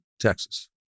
Texas